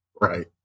Right